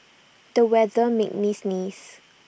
the weather made me sneeze